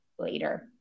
later